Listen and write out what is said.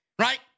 right